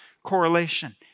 correlation